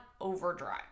overdrive